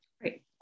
Great